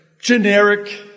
generic